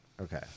Okay